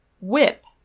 Whip